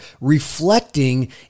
Reflecting